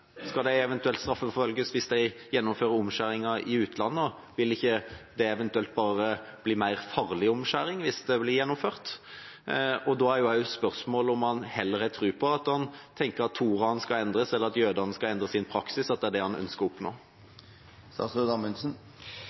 Skal de straffeforfølges hvis de gjennomfører omskjæringen i utlandet? Vil det ikke bare bli mer farlig omskjæring hvis det blir gjennomført? Da er spørsmålet om han har tro på at toraen skal endres, eller at jødene skal endre sin praksis – at det er det han ønsker å oppnå.